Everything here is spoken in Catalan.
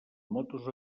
motos